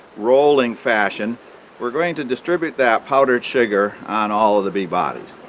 rolling fashion we're going to distribute that powder sugar on all of the bee bodies